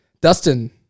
Dustin